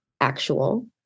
Actual